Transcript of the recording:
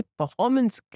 performance